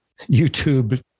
YouTube